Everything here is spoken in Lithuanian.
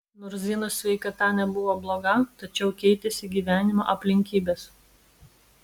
nors zinos sveikata nebuvo bloga tačiau keitėsi gyvenimo aplinkybės